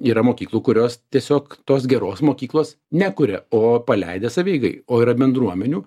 yra mokyklų kurios tiesiog tos geros mokyklos nekuria o paleidę savieigai o yra bendruomenių